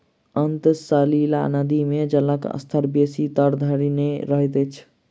अंतः सलीला नदी मे जलक स्तर बेसी तर धरि नै रहैत अछि